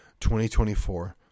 2024